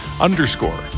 underscore